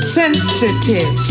sensitive